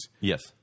Yes